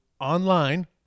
online